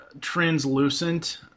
translucent